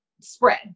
spread